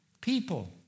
people